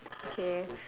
okay